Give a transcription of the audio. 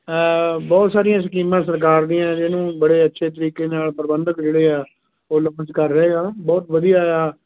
ਬਹੁਤ ਸਾਰੀਆਂ ਸਕੀਮਾਂ ਸਰਕਾਰ ਦੀਆਂ ਜਿਹਨੂੰ ਬੜੇ ਅੱਛੇ ਤਰੀਕੇ ਨਾਲ ਪ੍ਰਬੰਧਕ ਜਿਹੜੇ ਆ ਉਹ ਕਰ ਰਹੇ ਆ ਬਹੁਤ ਵਧੀਆ ਆ